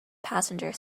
passenger